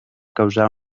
causar